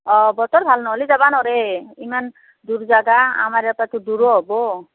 অ বতৰ ভাল নহ'লে যাব নোৱাৰি ইমান দূৰ জেগা আমাৰ ইয়াৰ পৰাতো দূৰ হ'ব